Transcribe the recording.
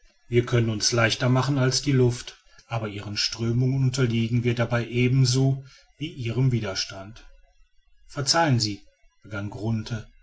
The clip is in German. wir können uns leichter machen als die luft aber ihren strömungen unterliegen wir dabei ebenso wie ihrem widerstand verzeihen sie begann